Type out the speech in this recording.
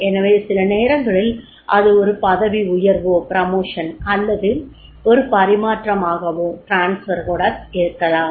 எனவே சில நேரங்களில் அது ஒரு பதவி உயர்வோ அல்லது ஒரு பரிமாற்றமாகவோ கூட இருக்கலாம்